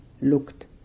looked